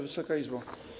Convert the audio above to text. Wysoka Izbo!